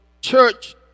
church